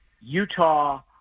Utah